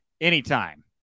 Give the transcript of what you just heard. anytime